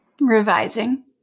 Revising